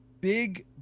big